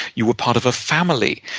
you were part of a family.